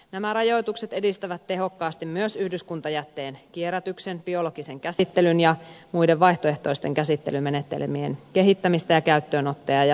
nämä rajoitukset edistävät tehokkaasti myös yhdyskuntajätteen kierrätyksen biologisen käsittelyn ja muiden vaihtoehtoisten käsittelymenetelmien kehittämistä ja käyttöönottoa